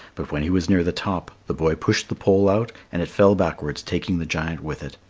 but when he was near the top, the boy pushed the pole out and it fell backwards, taking the giant with it.